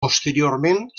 posteriorment